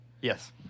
Yes